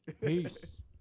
Peace